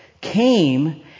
came